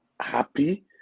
happy